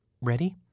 Ready